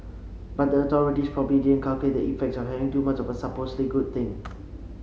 but the authorities probably didn't calculate the effects of having too much of a supposedly good thing